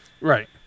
Right